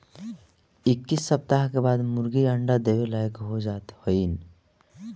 इक्कीस सप्ताह के बाद मुर्गी अंडा देवे लायक हो जात हइन